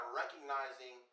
recognizing